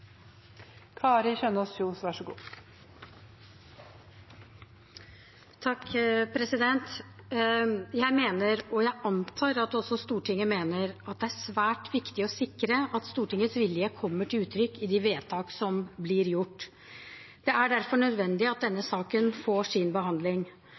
jeg antar at også Stortinget mener, at det er svært viktig å sikre at Stortingets vilje kommer til uttrykk i de vedtak som blir gjort. Det er derfor nødvendig at